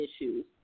issues